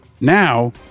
Now